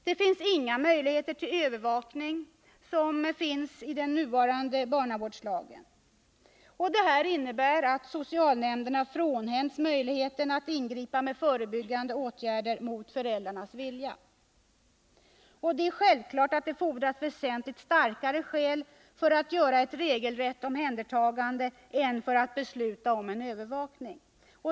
Det finns inga möjligheter till övervakning, som finns i den nuvarande barnavårdslagen. Och det här innebär att socialnämnderna frånhänds möjligheten att ingripa med förebyggande åtgärder mot föräldrarnas vilja. Det är självklart att det fordras väsentligt starkare skäl för att göra ett regelrätt omhändertagande än för att besluta om en övervakning.